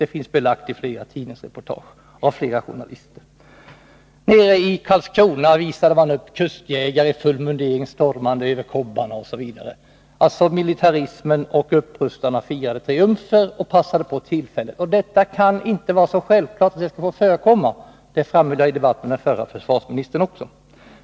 Det finns belagt av flera journalister och i tidningsreportage. I Karlskrona visade man upp kustjägare i full mundering, stormande över kobbarna, osv. Upprustarna passade på tillfället och militarismen firade triumfer. Det kan inte vara självklart att detta skall få förekomma. Det framhöll jag även i en debatt med förre försvarsministern.